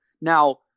Now